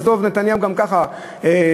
עזוב, נתניהו גם ככה נבחר".